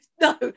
No